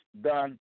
done